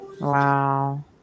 Wow